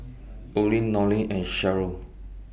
Olin Lonnie and Sheryll